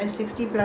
seventy plus